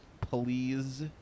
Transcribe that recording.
Please